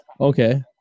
okay